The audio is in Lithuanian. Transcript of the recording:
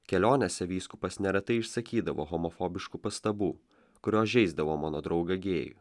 kelionėse vyskupas neretai išsakydavo homofobiškų pastabų kurios žeisdavo mano draugą gėjų